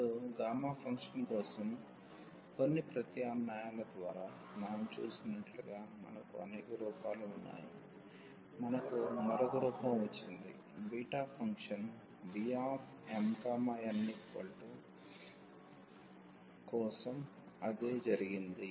ఇప్పుడు gamma function కోసం కొన్ని ప్రత్యామ్నాయాల ద్వారా మనం చూసినట్లుగా మనకు అనేక రూపాలు ఉన్నాయి మనకు మరొక రూపం వచ్చింది బీటా ఫంక్షన్ Bmn కోసం అదే జరిగింది